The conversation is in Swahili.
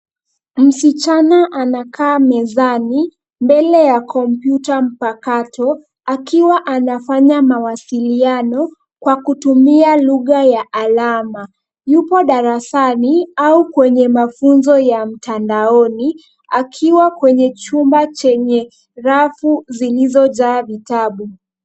Msichana anakaa mezani mbele ya kompyuta mpakato akiwa anafanya mawasiliano kwa kutumia lugha ya alama. Yupo darasani au kwenye mafunzo ya mtanadaoni akiwa kwenye chumba chenye rafu zilizojaa vitabu